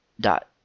dot